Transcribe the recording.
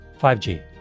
5G